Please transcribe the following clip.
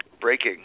breaking